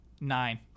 nine